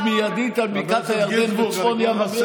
מיידית על בקעת הירדן וצפון ים המלח,